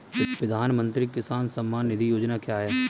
प्रधानमंत्री किसान सम्मान निधि योजना क्या है?